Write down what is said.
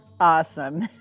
Awesome